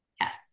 Yes